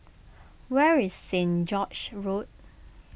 where is Saint George's Road